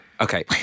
Okay